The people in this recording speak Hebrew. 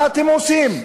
מה אתם עושים?